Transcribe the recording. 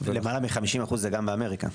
למעלה מ-50% זה גם באמריקה.